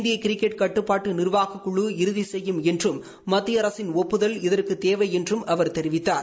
இந்திய கிரிக்கெட் கட்டுப்பாட்டு நிர்வாகக்குழு இறுதி செய்யும் என்றும் மத்திய அரசின் ஒப்புதல் இதற்குத் தேவை என்றும் அவர் தெரிவித்தார்